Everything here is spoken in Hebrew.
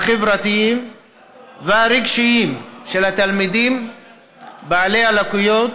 החברתיים והרגשיים של התלמידים בעלי הלקויות